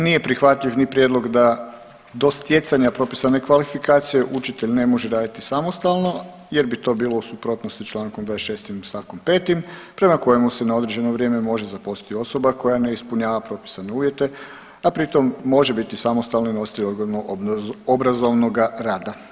Nije prihvatljiv ni prijedlog da do stjecanja propisane kvalifikacije učitelj ne može raditi samostalno jer bi to bilo u suprotnosti s Člankom 26. stavkom 5. prema kojemu se na određeno vrijeme može zaposliti osoba koja ne ispunjava propisane uvjete, a pritom može biti samostalni nositelj odgojno obrazovnoga rada.